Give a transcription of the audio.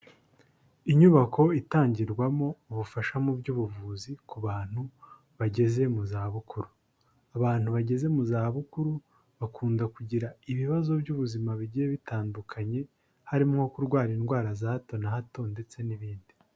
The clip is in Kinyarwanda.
Inyubako itangirwamo ubufasha mu by'ubuvuzi ku bantu bageze mu zabukuru. Abantu bageze mu za bukuru, bakunda kugira ibibazo by'ubuzima bigiye bitandukanye, harimo kurwara indwara za hato na hato ndetse n'ibindi.